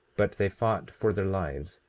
but they fought for their lives,